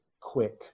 quick